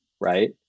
right